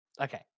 Okay